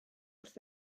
wrth